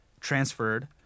transferred